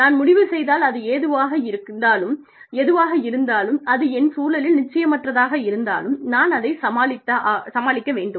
நான் முடிவு செய்தால் அது எதுவாக இருந்தாலும் அது என் சூழலில் நிச்சயமற்றதாக இருந்தாலும் நான் தான் அதைச் சமாளிக்க வேண்டும்